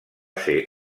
ser